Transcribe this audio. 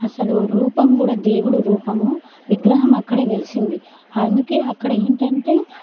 అసలు రూపం కూడా దేవుడు రూపము విగ్రహం అక్కడే వెలిసింది అందుకే అక్కడ ఏంటంటే